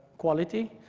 quality.